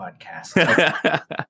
podcast